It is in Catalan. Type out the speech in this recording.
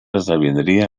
esdevindria